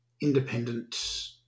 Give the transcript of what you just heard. independent